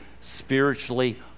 spiritually